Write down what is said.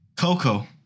Coco